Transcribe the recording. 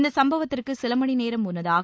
இந்த சம்பவத்திறகு சில மணிநேரம் முன்னதாக